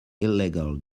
illegal